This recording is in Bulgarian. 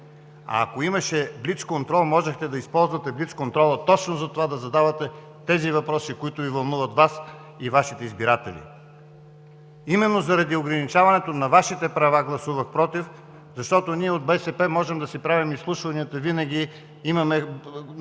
Ако имаше блицконтрол, можехте да го използвате точно, за да задавате въпросите, които вълнуват Вас и Вашите избиратели. Именно заради ограничаването на Вашите права гласувах „против“, защото от БСП можем да си правим изслушванията винаги. Имаме